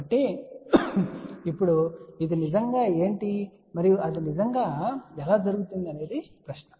కాబట్టి ఇప్పుడు ఇది నిజంగా ఏమిటి మరియు అది నిజంగా ఎలా జరుగుతుంది అనేది ప్రశ్న